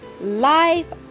life